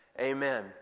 Amen